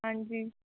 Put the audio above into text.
ਹਾਂਜੀ